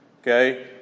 okay